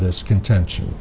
this contention